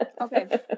Okay